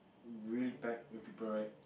really pack with people right